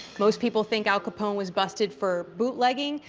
most people think al capone was busted for bootlegging,